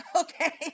okay